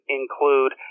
include